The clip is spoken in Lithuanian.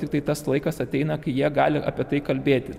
tiktai tas laikas ateina kai jie gali apie tai kalbėti